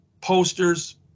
posters